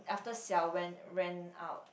then after Xiao ran ran out